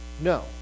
No